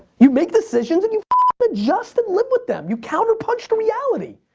you make decisions and you ah but adjust and live with them. you counterpunch to reality.